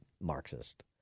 Marxist